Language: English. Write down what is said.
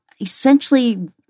essentially